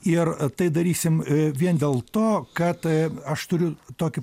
ir tai darysim vien dėl to kad aš turiu tokį